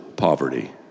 Poverty